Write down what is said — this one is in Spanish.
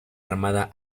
armada